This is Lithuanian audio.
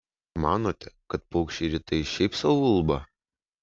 manote kad paukščiai rytais šiaip sau ulba